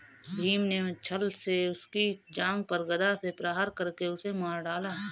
भीम ने छ्ल से उसकी जांघ पर गदा से प्रहार करके उसे मार डाला